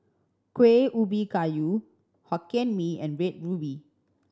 Kueh Ubi Kayu Hokkien Mee and Red Ruby